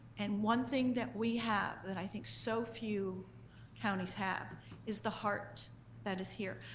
and one thing that we have that i think so few counties have is the heart that is here.